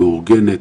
מאורגנת,